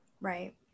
Right